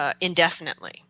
indefinitely